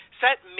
set